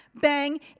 bang